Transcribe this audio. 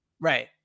Right